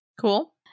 cool